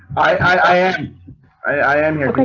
i am i am here.